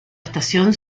estación